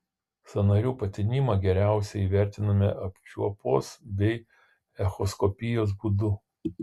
sąnarių patinimą geriausiai įvertiname apčiuopos bei echoskopijos būdu